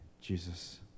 Jesus